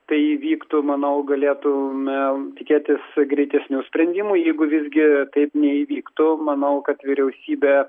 tai įvyktų manau galėtumėm tikėtis greitesnių sprendimų jeigu visgi taip neįvyktų manau kad vyriausybė